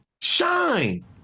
Shine